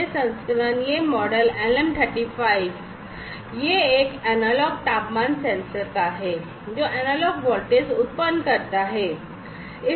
यह संस्करण यह मॉडल LM 35 यह एक एनालॉग तापमान सेंसर का है जो एनालॉग वोल्टेज उत्पन्न करता है